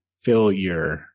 failure